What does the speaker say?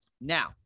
Now